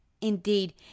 Indeed